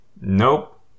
Nope